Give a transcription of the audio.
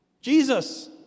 Jesus